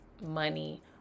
Money